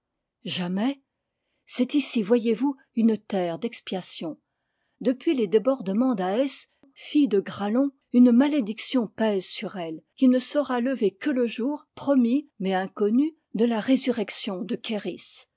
jamais c'est ici voyez-vous une terre d'expiation depuis les débordements d'ahès fille de gralon une malédiction pèse sur elle qui ne sera levée que le jour promis mais inconnu de la résurrection de